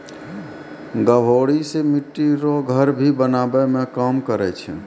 गभोरी से मिट्टी रो घर भी बनाबै मे काम करै छै